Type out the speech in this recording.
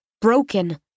broken